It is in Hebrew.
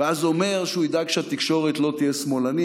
ואז הוא אומר שהוא ידאג שהתקשורת לא תהיה שמאלנית,